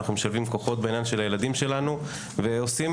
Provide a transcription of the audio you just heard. אנחנו משלבים כוחות בעניין הילדים שלנו ועושים